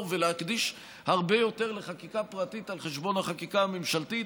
ולהקדיש הרבה יותר לחקיקה פרטית על חשבון החקיקה הממשלתית,